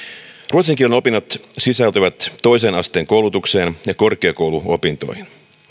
kielen opinnot sisältyvät toisen asteen koulutukseen ja korkeakouluopintoihin